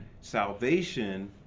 salvation